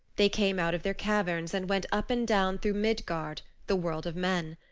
they came out of their caverns and went up and down through midgard, the world of men.